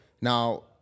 Now